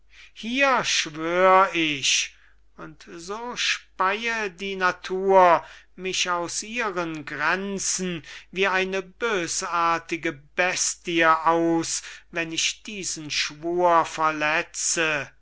hier schwör ich und so speye die natur mich aus ihren grenzen wie eine bösartige bestie aus wenn ich diesen schwur verletze